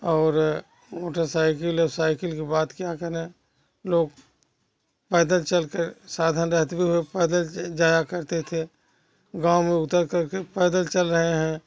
और मोटरसाइकिल और साइकिल की बात क्या करें लोग पैदल चल के साधन रहते भी हुए पैदल जाया करते थे गाँव में उतर करके पैदल चल रहे हैं